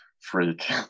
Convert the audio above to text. freak